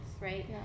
right